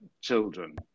children